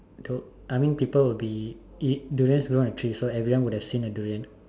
though I mean people will be it durian don't have trees so everyone would have seen a durian